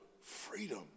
freedom